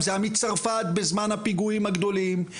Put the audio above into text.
אם זה היה מצרפת בזמן הפיגועים הגדולים,